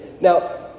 Now